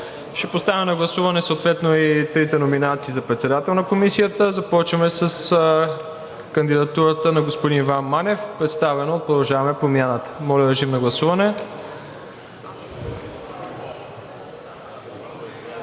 Ще поставя на гласуване съответно и трите номинации за председател на Комисията. Започваме с кандидатурата на господин Иван Манев, представена от „Продължаваме Промяната“. Моля, режим на гласуване.